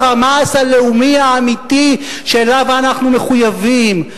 המעש הלאומי האמיתי שאליו אנחנו מחויבים,